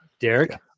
Derek